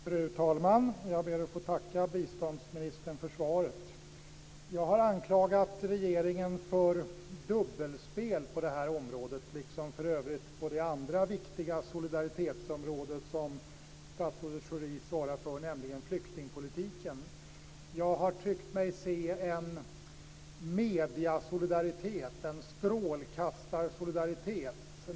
Fru talman! Jag ber att få tacka biståndsministern för svaret. Jag har anklagat regeringen för dubbelspel på detta område liksom på det andra viktiga solidaritetsområde som statsrådet Schori svarar för, nämligen flyktingpolitiken. Jag har tyckt mig se en mediesolidaritet, en strålkastarsolidaritet.